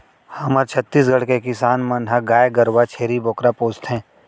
हमर छत्तीसगढ़ के किसान मन ह गाय गरूवा, छेरी बोकरा पोसथें